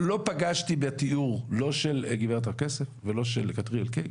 לא פגשתי בתיאור לא של גברת הר כסף ולא של כתריאל קיי,